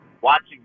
watching